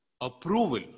Approval